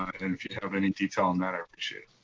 and if you have any detail on that, i appreciate.